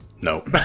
no